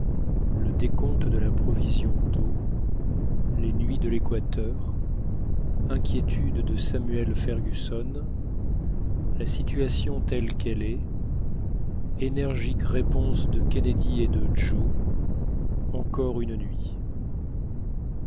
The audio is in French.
le décompte de la provision d'eau les nuits de l'équateur inquiétudes de samuel fergusson la situation telle qu'elle est énergique réponses de kennedy et de joe encore une nuit